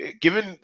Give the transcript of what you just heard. given